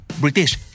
British